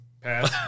Pass